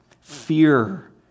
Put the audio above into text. fear